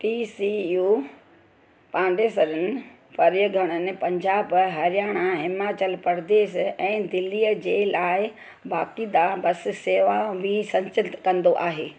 T C U पांडेसरनि परॻणनि पंजाब हरियाणा हिमाचल प्रदेश ऐं दिल्ली जे लाए बक़ायदा बसि सेवाऊं बि संचलित कंदो आहे